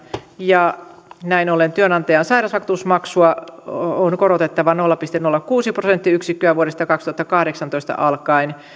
ja näin ollen työnantajan sairausvakuutusmaksua on korotettava nolla pilkku nolla kuusi prosenttiyksikköä vuodesta kaksituhattakahdeksantoista alkaen